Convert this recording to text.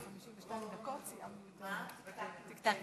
הישיבה הבאה תתקיים מחר,